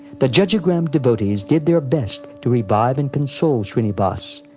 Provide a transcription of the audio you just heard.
the jajigram devotees did their best to revive and console shrinivas,